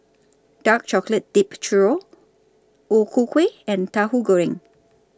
Dark Chocolate Dipped Churro O Ku Kueh and Tahu Goreng